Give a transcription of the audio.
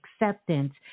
acceptance